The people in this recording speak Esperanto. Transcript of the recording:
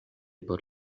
por